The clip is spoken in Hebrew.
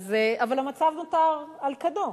והמצב נותר על כנו.